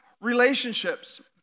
relationships